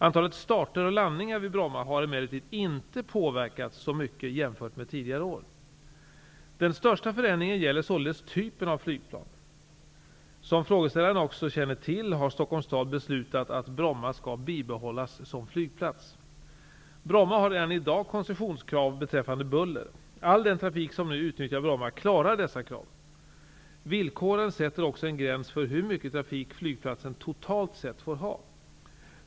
Antalet starter och landningar vid Bromma har emellertid inte påverkats så mycket jämfört med tidigare år. Den största förändringen gäller således typen av flygplan. Som frågeställaren också känner till har Stockholms stad beslutat att Bromma skall bibehållas som flygplats. Bromma har redan i dag koncessionskrav beträffande buller. All den trafik som nu utnyttjar Bromma klarar dessa krav. Villkoren sätter också en gräns för hur mycket trafik flygplatsen totalt sett får ha.